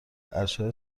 ارشد